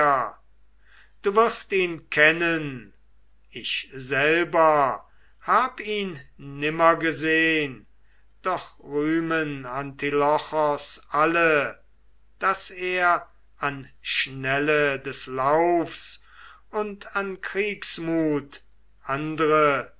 du wirst ihn kennen ich selber hab ihn nimmer gesehn doch rühmen antilochos alle daß er an schnelle des laufs und an kriegsmut andre